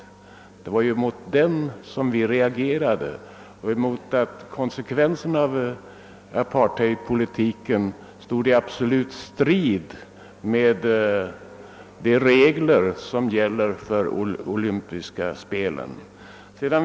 Det var ju mot detta som vi reagerade, mot konsekvenserna av apartheidpolitiken som står i absolut strid mot de regler som gäller för de olympiska spelen.